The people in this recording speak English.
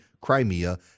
Crimea